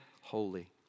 holy